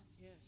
yes